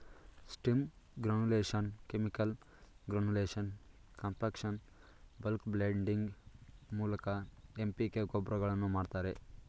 steam granulation, chemical granulation, compaction, bulk blending ಮೂಲಕ MPK ಗೊಬ್ಬರಗಳನ್ನು ಮಾಡ್ತರೆ